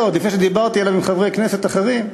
עוד לפני שדיברתי עליו עם חברי כנסת אחרים,